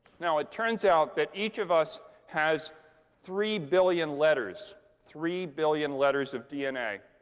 now, it turns out that each of us has three billion letters three billion letters of dna.